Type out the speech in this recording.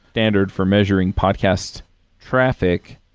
standard for measuring podcast traffic,